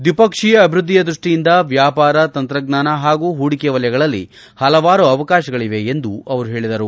ಡ್ವಿಪಕ್ಷೀಯ ಅಭಿವೃದ್ದಿಯ ದೃಷ್ಷಿಯಿಂದ ವ್ಯಾಪಾರ ತಂತ್ರಜ್ಞಾನ ಹಾಗೂ ಹೂಡಿಕೆ ವಲಯಗಳಲ್ಲಿ ಹಲವಾರು ಅವಕಾಶಗಳವೆ ಎಂದು ಅವರು ಹೇಳಿದರು